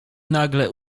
nagle